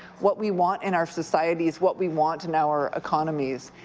what we want in our society is what we want in our economies.